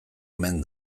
omen